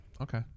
okay